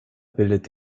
bildet